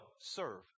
serve